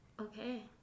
Okay